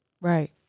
Right